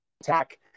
attack